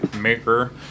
maker